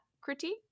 critique